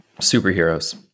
superheroes